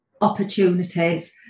opportunities